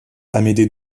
amédée